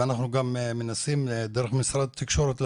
ואנחנו גם מנסים דרך משרד התקשורת,